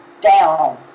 down